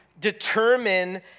determine